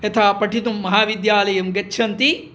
यथा पठितुं महाविद्यालयं गच्छन्ति